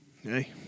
Hey